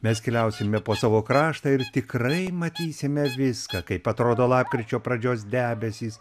mes keliausime po savo kraštą ir tikrai matysime viską kaip atrodo lapkričio pradžios debesys